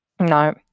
no